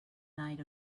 night